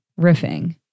riffing